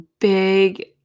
big